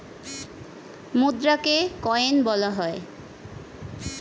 মুদ্রাকে coin বলা হয়